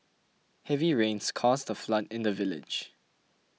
heavy rains caused the flood in the village